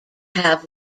have